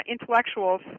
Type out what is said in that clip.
intellectuals